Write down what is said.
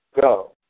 go